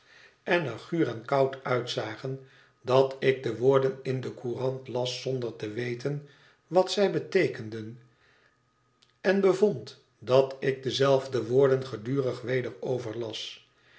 en er guur en koud uitzagen dat ik de woorden in de courant las zonder te wetere wat zij beteekenden en bevond dat ik dezelfde woorden gedurig weder overlas